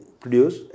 produce